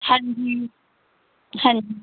ਹਾਂਜੀ ਹਾਂਜੀ